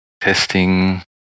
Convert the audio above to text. testing